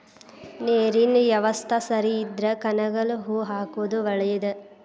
ನೇರಿನ ಯವಸ್ತಾ ಸರಿ ಇದ್ರ ಕನಗಲ ಹೂ ಹಾಕುದ ಒಳೇದ